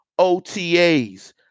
OTAs